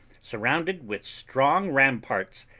surrounded with strong ramparts,